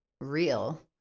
real